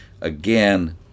Again